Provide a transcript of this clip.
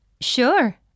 Sure